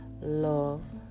Love